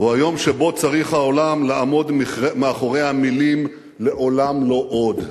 הוא היום שבו צריך העולם לעמוד מאחורי המלים "לעולם לא עוד".